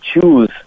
choose